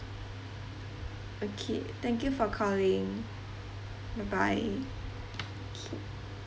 okay thank you for calling bye bye okay